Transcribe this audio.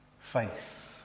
faith